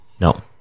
No